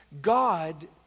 God